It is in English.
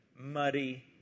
muddy